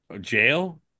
Jail